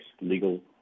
legal